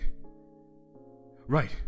Right